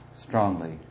strongly